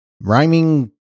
rhyming